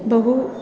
बहु